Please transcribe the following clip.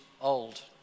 old